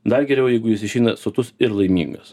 dar geriau jeigu jis išeina sotus ir laimingas